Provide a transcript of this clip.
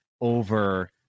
over